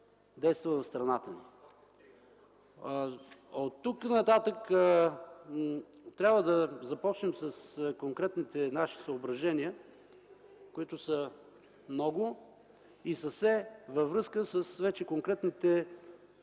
действа в страната ни. Оттук нататък трябва да започнем с конкретните наши съображения, които са много и са все във връзка с вече конкретните